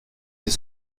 est